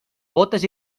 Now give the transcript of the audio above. bótes